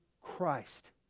Christ